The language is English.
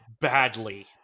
badly